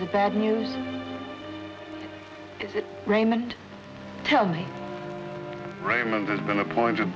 the bad news is it raymond tell me raymond has been appointed